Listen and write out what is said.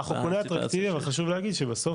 לקונה אטרקטיבי, אני חייב להגיד שבסוף,